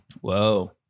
Whoa